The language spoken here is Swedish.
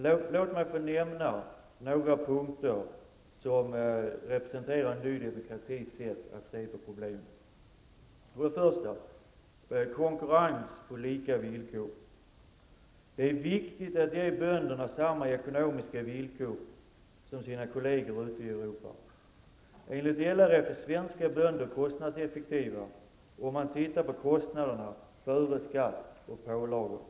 Men låt mig få nämna några punkter som representerar ny demokratis sätt att se på problemet: Det är först och främst konkurrens på lika villkor. Det är viktigt att ge bönderna samma ekonomiska villkor som sina kolleger ute i Europa. Enligt LRF är svenska bönder kostnadseffektiva om man tittar på kostnaderna före skatt och pålagor.